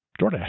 DoorDash